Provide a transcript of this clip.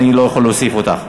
אני לא יכול להוסיף אותך.